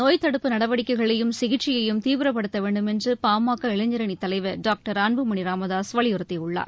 நோய்த்தடுப்பு நடவடிக்கைகளையும் சிகிச்சையையும் தீவிரப்படுத்த வேண்டுமென்று பாமக இளைஞரணி தலைவர் டாக்டர் அன்புமனி ராமதாஸ் வலியுறுத்தியுள்ளார்